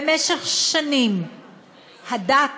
במשך שנים הדת